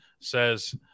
says –